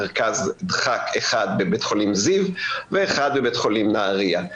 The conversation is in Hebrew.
מרכז דחק אחד בבית חולים זיו ואחד בבית חולים נהריה.